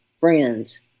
friends